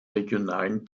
regionalen